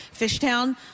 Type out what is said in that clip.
Fishtown